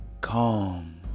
calm